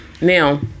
now